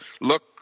look